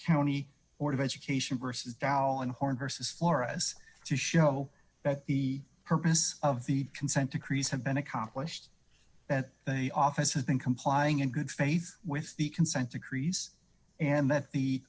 county or of education versus dahlan harm versus florus to show that the purpose of the consent decrees have been accomplished that they office has been complying in good faith with the consent decrees and that the